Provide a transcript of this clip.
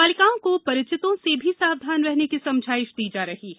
बालिकाओं को परिचितों से भी सावधान रहने की समझाइश दी जा रही है